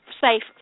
safe